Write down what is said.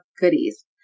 goodies